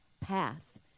path